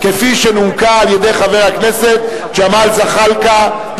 שנומקה על-ידי חבר הכנסת ג'מאל זחאלקה.